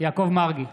יעקב מרגי,